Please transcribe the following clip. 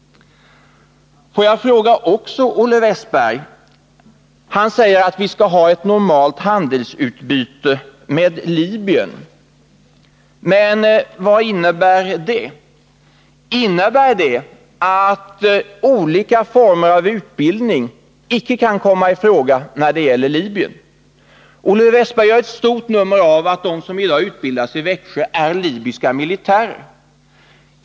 Olle Wästberg säger att vi skall ha ett normalt handelsutbyte med Libyen. Men vad innebär det? Innebär det att olika former av utbildning icke kan komma i fråga när det gäller Libyen? Olle Wästberg gör ett stort nummer av att de som i dag utbildas i Växjö är libyska militärer.